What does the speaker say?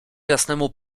jasnemu